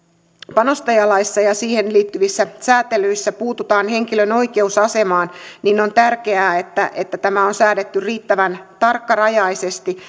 panostajalaissa ja siihen liittyvässä säätelyssä puututaan henkilön oikeusasemaan on tärkeää että että tämä on säädetty riittävän tarkkarajaisesti